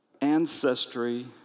ancestry